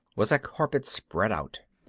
was a carpet spread out.